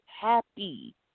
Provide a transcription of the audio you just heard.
happy